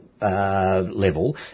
Level